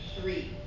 three